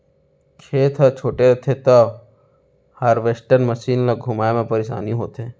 खेत ह छोटे रथे त हारवेस्टर मसीन ल घुमाए म परेसानी होथे